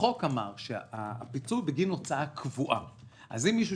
החוק אמר שפיצוי בגין הוצאה קבועה אז אם מישהו